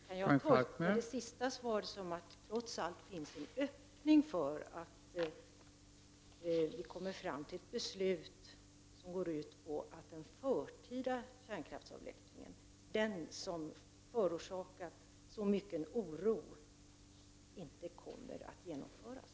Fru talman! Jag tolkar det sista industriministern sade så, att det trots allt finns en öppning för att vi skall kunna komma fram till ett beslut om att den förtida kärnkraftsavvecklingen, som förorsakat så mycken oro, inte kommer att genomföras.